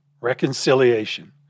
reconciliation